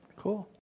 Cool